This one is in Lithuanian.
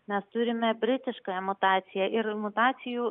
mes turime britiškąją mutaciją ir mutacijų